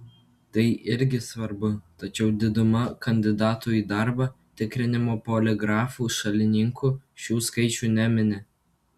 tai irgi svarbu tačiau diduma kandidatų į darbą tikrinimo poligrafu šalininkų šių skaičių nemini